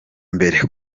mbere